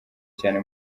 cyane